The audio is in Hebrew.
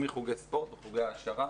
מחוגי ספורט וחוגי העשרה,